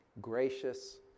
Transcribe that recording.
gracious